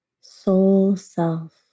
soul-self